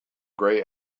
grey